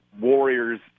Warriors